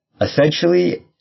Essentially